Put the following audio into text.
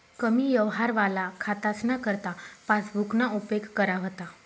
कमी यवहारवाला खातासना करता पासबुकना उपेग करा व्हता